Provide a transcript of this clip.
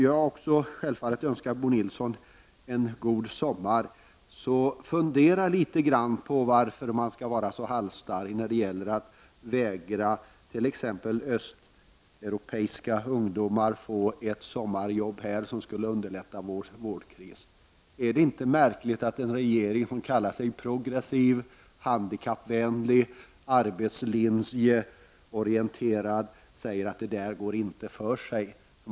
Samtidigt som jag självfallet önskar Bo Nilsson en god sommar ber jag honom att fundera litet grand på varför man skall behöva vara så halsstarrig och t.ex. vägra östeuropeiska ungdomar att få ett sommarjobb i Sverige, vilket skulle lindra vår vårdkris. Är det inte märkligt att en regering som kallar sig progressiv, handikappvänlig och arbetslinjeorienterad säger att det inte går för sig?